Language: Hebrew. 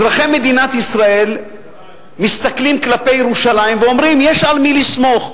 אזרחי מדינת ישראל מסתכלים כלפי ירושלים ואומרים: יש על מי לסמוך.